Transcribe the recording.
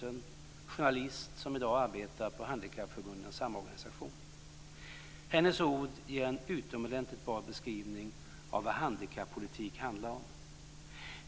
Hon är journalist och arbetar i dag på Handikappförbundens samorganisation. Hennes ord ger en utomordentligt bra beskrivning av vad handikappolitik handlar om.